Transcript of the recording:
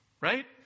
right